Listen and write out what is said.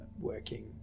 working